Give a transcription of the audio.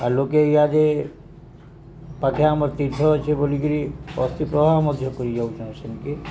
ଆଉ ଲୋକେ ଇହାଦେ ପାଖେ ଆମର ତୀର୍ଥ ଅଛି ବୋଲିକିରି ଅସ୍ଥି ପ୍ରବାହ ମଧ୍ୟ କରି ଯାଉଛନ୍ ସେନ୍କେ